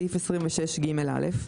(סעיף 26ג(א))